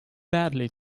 badly